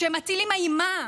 כשמטילים אימה,